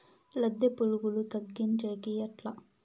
లద్దె పులుగులు తగ్గించేకి ఎట్లా?